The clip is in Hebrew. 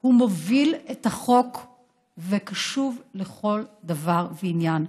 הוא מוביל את החוק וקשוב לכל דבר ועניין.